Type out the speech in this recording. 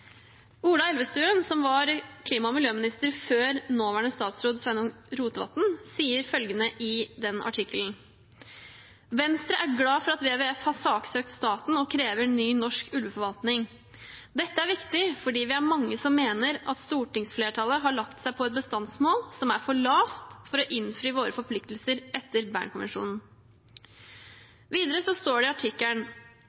Ola Elvestuen, som var klima- og miljøminister før nåværende statsråd Sveinung Rotevatn, sier følgende i den artikkelen: «Venstre er glade for at WWF har saksøkt staten og krever ny norsk ulveforvaltning. Dette er viktig fordi vi er mange som mener at stortingsflertallet har lagt seg på et bestandsmål som er for lavt for å innfri våre forpliktelser etter Bernkonvensjonen.»